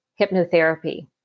hypnotherapy